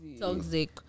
Toxic